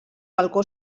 balcó